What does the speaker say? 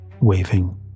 waving